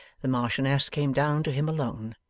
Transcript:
the marchioness came down to him, alone,